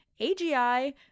AGI